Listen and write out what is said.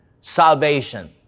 Salvation